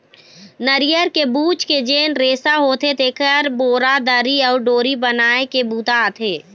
नरियर के बूच के जेन रेसा होथे तेखर बोरा, दरी अउ डोरी बनाए के बूता आथे